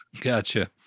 Gotcha